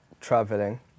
traveling